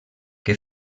que